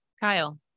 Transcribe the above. Kyle